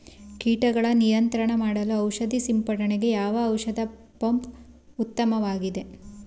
ಕೀಟಗಳ ನಿಯಂತ್ರಣ ಮಾಡಲು ಔಷಧಿ ಸಿಂಪಡಣೆಗೆ ಯಾವ ಔಷಧ ಪಂಪ್ ಉತ್ತಮವಾಗಿದೆ?